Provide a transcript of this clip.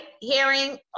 hearing